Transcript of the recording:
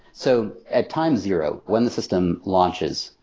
so at time zero, when the system launches.